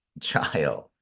child